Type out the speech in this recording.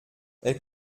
elle